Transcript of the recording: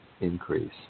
increase